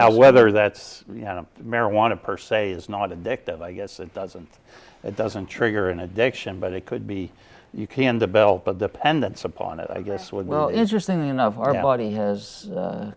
now whether that's marijuana per se is not addictive i guess it doesn't it doesn't trigger an addiction but it could be you can develop but dependence upon it i guess what well interesting enough our body has